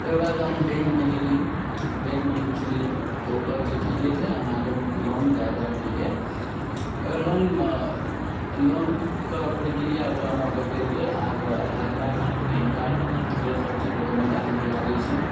तकर बाद हम बैँकमे गेलिए बैँकमे पुछलिए तऽ ओ कहलकै ठिके छै हम अहाँकेँ लोन दै देब कहिके ओ लोन लोनके प्रक्रिया ओतऽ हमरा बतेलकै अहाँकेँ आधार कार्ड पैन कार्ड ओतऽ सबकिछु डॉक्युमेन्ट अहाँकेँ लागै छै